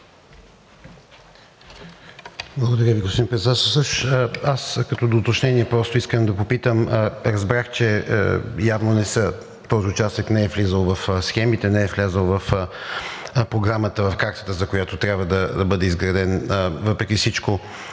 Благодаря Ви, господин Председател. Като уточнение просто искам да попитам: разбрах, че явно този участък не е влизал в схемите, не е влязъл в програмата – в картата, за която трябва да бъде изграден. Въпреки всичко